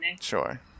Sure